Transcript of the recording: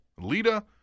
Lita